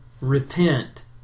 Repent